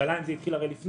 בירושלים זה התחיל לפני.